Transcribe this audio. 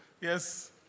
Yes